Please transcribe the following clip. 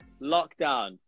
lockdown